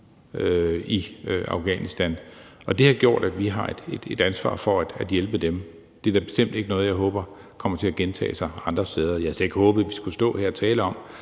i Afghanistan, og det har gjort, at vi har et ansvar for at hjælpe dem. Det er da bestemt ikke noget, jeg håber kommer til at gentage sig andre steder. Jeg havde slet ikke håbet, at vi skulle stå her og tale om,